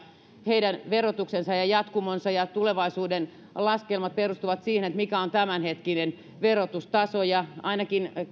heidän verotuksensa ja ja jatkonsa ja tulevaisuudenlaskelmansa perustuvat siihen mikä on tämänhetkinen verotustaso ainakin